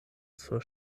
sur